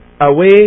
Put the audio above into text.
away